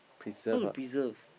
how to preserve